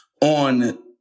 on